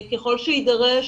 ככל שיידרש,